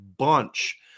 bunch